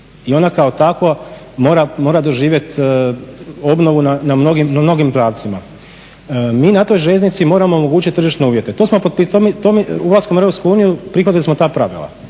i ona kao takva mora doživjet obnovu na mnogim pravcima. Mi na toj željeznici moramo omogućiti tržišne uvjete. Ulaskom u EU prihvatili smo ta pravila